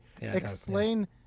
Explain